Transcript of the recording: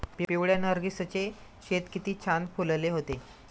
पिवळ्या नर्गिसचे शेत किती छान फुलले होते